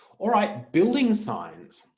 alright, building signs.